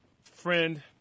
friend